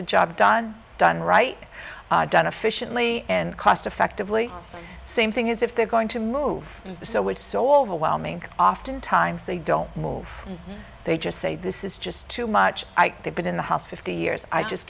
the job done done right done efficiently and cost effectively same thing is if they're going to move so which so overwhelming often times they don't they just say this is just too much they've been in the house fifty years i just